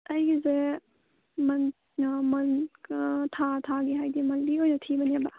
ꯑꯩꯒꯤꯁꯦ ꯃꯟꯀꯥ ꯊꯥ ꯊꯥꯒꯤ ꯍꯥꯏꯗꯤ ꯃꯟꯂꯤ ꯑꯣꯏꯅ ꯊꯤꯕꯅꯦꯕ